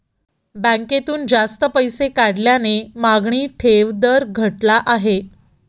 बँकेतून जास्त पैसे काढल्याने मागणी ठेव दर घटला आहे